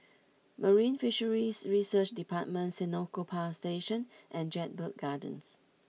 Marine Fisheries Research Department Senoko Power Station and Jedburgh Gardens